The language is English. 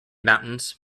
mountains